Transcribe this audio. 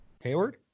Hayward